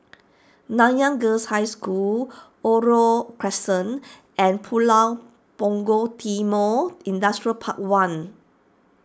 Nanyang Girls' High School Oriole Crescent and Pulau Punggol Timor Industrial Park one